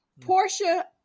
Portia